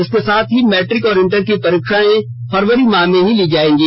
इसके साथ ही मैट्रिक और इंटर की परीक्षाएं फरवरी माह में ली जाएंगी